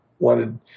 wanted